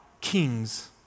kings